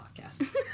podcast